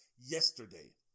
yesterday